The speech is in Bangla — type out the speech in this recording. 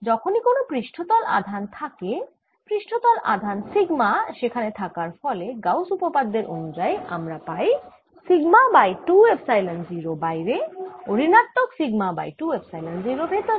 যখনই কোন পৃষ্ঠতল আধান থাকে পৃষ্ঠতল আধান সিগমা সেখানে থাকার ফলে গাউস উপপাদ্যের অনুযায়ী আমরা পাই সিগমা বাই 2 এপসাইলন 0 বাইরে ও ঋণাত্মক সিগমা বাই 2 এপসাইলন 0 ভেতরে